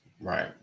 Right